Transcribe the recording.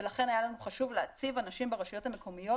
ולכן היה לנו חשוב להציב אנשים ברשויות המקומיות